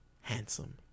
handsome